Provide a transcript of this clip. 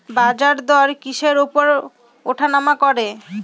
বাজারদর কিসের উপর উঠানামা করে?